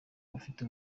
abafite